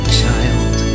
child